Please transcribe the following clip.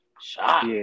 shot